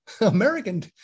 American